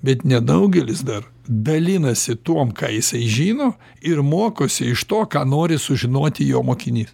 bet nedaugelis dar dalinasi tuom ką jisai žino ir mokosi iš to ką nori sužinoti jo mokinys